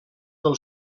del